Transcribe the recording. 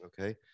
Okay